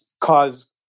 cause